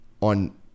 on